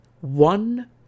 One